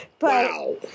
wow